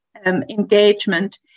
Engagement